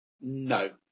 No